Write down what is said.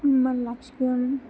मान लाखिगोन